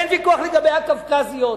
אין ויכוח לגבי הקווקזיות,